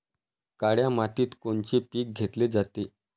काळ्या मातीत कोनचे पिकं घेतले जाते?